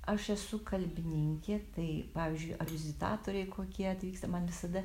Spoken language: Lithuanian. aš esu kalbininkė tai pavyzdžiui ar vizitatoriai kokie atvyksta man visada